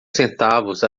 centavos